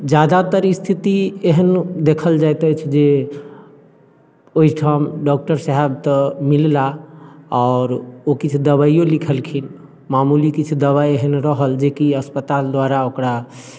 ज्यादातर स्थिति एहन देखल जाइत अछि जे ओहिठाम डॉक्टर साहेब तऽ मिलला आओर ओ किछु दवाइओ लिखलखिन मामूली किछु दवाइ एहन रहल जे कि अस्पताल द्वारा ओकरा